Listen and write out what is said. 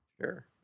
Sure